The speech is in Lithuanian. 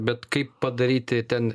bet kaip padaryti ten